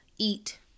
eat